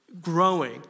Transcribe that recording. growing